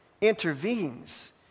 intervenes